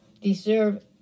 deserve